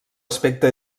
aspecte